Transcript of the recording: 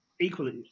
equally